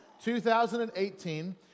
2018